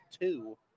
two